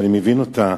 ואני מבין אותה,